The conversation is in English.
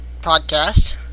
podcast